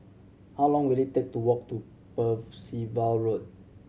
how long will it take to walk to Percival Road